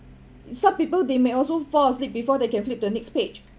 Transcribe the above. uh some people they may also fall asleep before they can flip to next page